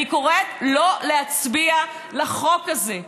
אני קוראת שלא להצביע לחוק הזה.